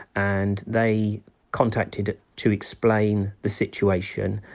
and they contacted to explain the situation.